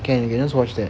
can we can just watch that